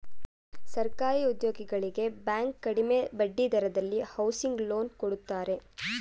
ಸರ್ಕಾರಿ ಉದ್ಯೋಗಿಗಳಿಗೆ ಬ್ಯಾಂಕ್ ಕಡಿಮೆ ಬಡ್ಡಿ ದರದಲ್ಲಿ ಹೌಸಿಂಗ್ ಲೋನ್ ಕೊಡುತ್ತಾರೆ